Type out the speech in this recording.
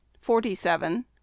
forty-seven